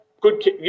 good